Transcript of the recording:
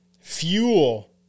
fuel